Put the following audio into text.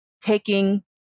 taking